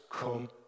come